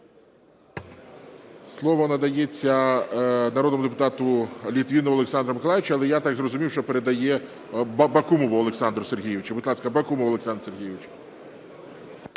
Слово надається народному депутату Літвінову Олександру Миколайовичу. Але я так зрозумів, що передає Бакумову Олександру Сергійовичу.